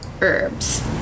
herbs